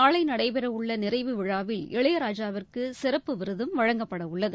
நாளை நடைபெறவுள்ள நிறைவு விழாவில் இளையராஜாவிற்கு சிறப்பு விருதும் வழங்கப்படவுள்ளது